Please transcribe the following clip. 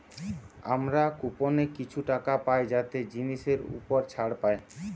আমরা কুপনে কিছু টাকা পাই যাতে জিনিসের উপর ছাড় পাই